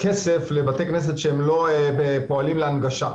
כסף לבתי כנסת שלא פועלים להנגשה.